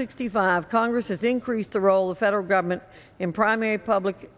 sixty five congress has increased the role of federal government in primary public